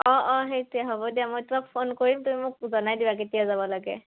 অঁ অঁ সেইটোৱে হ'ব দিয়া মই তোমাক ফোন কৰিম তুমি মোক জনাই দিবা কেতিয়া যাব লাগে